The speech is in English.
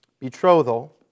betrothal